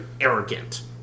arrogant